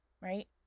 right